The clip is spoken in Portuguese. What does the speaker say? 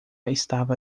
estava